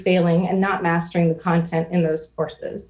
failing and not mastering the content in those horses